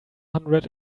hundred